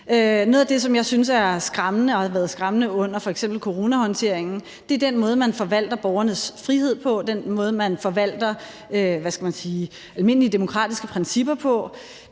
Noget af det, som jeg synes er skræmmende og har været skræmmende under f.eks. coronahåndteringen, er den måde, man forvalter borgernes frihed på, og den måde, man forvalter, hvad skal man sige, almindelige demokratiske principper på.